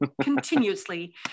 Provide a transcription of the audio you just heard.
continuously